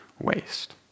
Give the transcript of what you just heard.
waste